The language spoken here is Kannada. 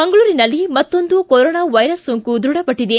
ಮಂಗಳೂರಿನಲ್ಲಿ ಮತ್ತೊಂದು ಕೊರೋನಾ ವೈರಸ್ ಸೋಂಕು ದೃಢಪಟ್ಟಿದೆ